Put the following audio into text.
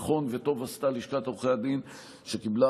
נכון וטוב עשתה לשכת עורכי הדין שקיבלה